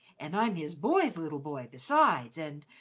and i'm his boy's little boy besides, and,